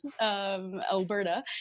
Alberta